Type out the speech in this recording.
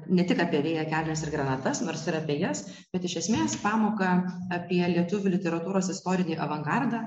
ne tik apie vėją kelnes ir granatas nors ir apie jas bet iš esmės pamoką apie lietuvių literatūros istorinį avangardą